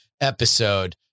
episode